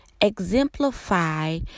exemplify